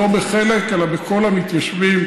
לא בחלק אלא בכל המתיישבים.